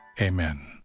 Amen